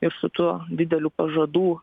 ir su tuo dideliu pažadų